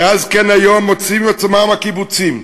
כאז כן היום מוצאים עצמם הקיבוצים,